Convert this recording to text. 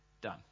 done